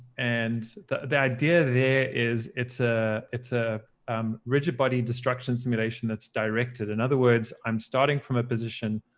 and the the idea there is it's ah a ah um rigid body destruction simulation that's directed. in other words, i'm starting from a position.